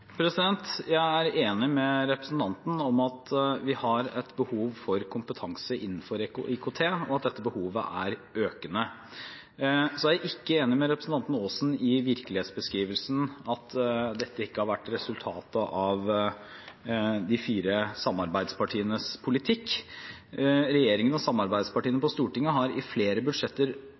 Jeg er enig med representanten i at vi har et behov for kompetanse innenfor IKT, og at dette behovet er økende. Jeg er ikke enig med representanten Aasen i virkelighetsbeskrivelsen, at dette ikke har gitt resultat i de fire samarbeidspartienes politikk. Regjeringen og samarbeidspartiene på Stortinget har i flere budsjetter